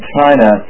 China